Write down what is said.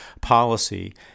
policy